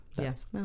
yes